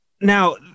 Now